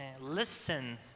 listen